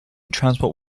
transport